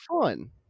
fun